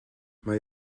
mae